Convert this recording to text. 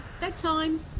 Bedtime